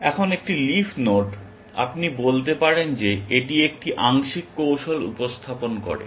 এখন একটি leaf node আপনি বলতে পারেন যে এটি একটি আংশিক কৌশল উপস্থাপন করে